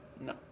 No